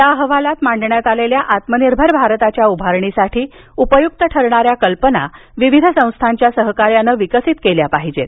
या अहवालात मांडण्यात आलेल्या आत्मनिर्भर भारताच्या उभारणीसाठी उपयुक्त ठरणाऱ्या कल्पना विविध संस्थांच्या सहकार्यानं विकसित केल्या पाहिजेत